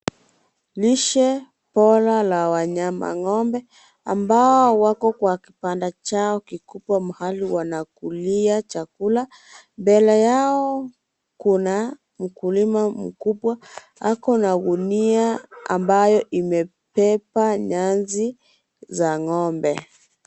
Lishe bora la wanyama. Ng'ombe ambao wako kwa kibanda chao kikubwa mahali wanakulia chakula. Mbele yao kuna mkulima mkubwa. Ako na gunia ambayo imebeba nyasi za ng'ombe.